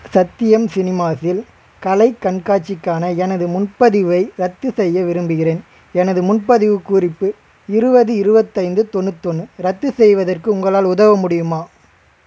சத்யம் சினிமாஸில் கலை கண்காட்சிக்கான எனது முன்பதிவை ரத்துசெய்ய விரும்புகிறேன் எனது முன்பதிவு குறிப்பு இருபது இருபத்தைந்து தொண்ணூத்தொன்று ரத்து செய்வதற்கு உங்களால் உதவ முடியுமா